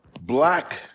black